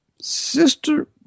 sister